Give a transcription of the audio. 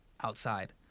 outside